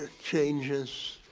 ah changes